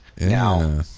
now